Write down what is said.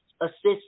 assist